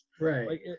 Right